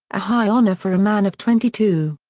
a high honor for a man of twenty two.